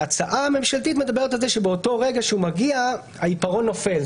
ההצעה הממשלתית מדברת על כך שבאותו רגע שהוא מגיע העיפרון נופל.